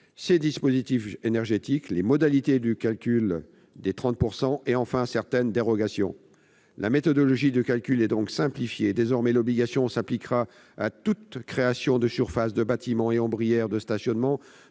ces dispositifs énergétiques, les modalités du calcul des 30 % et enfin certaines dérogations. La méthodologie de calcul est donc simplifiée : désormais, l'obligation s'appliquera à toute création de surface de bâtiment et ombrières de stationnement